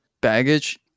baggage